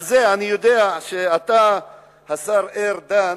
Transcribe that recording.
על זה אני יודע שאתה, השר ארדן,